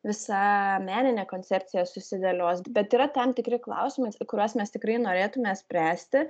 visa meninė koncepcija susidėlios bet yra tam tikri klausimai kuriuos mes tikrai norėtume spręsti